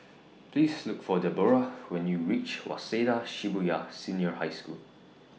Please Look For Deborrah when YOU REACH Waseda Shibuya Senior High School